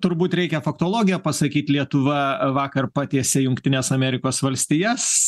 turbūt reikia faktologiją pasakyt lietuva vakar patiesė jungtines amerikos valstijas